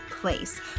place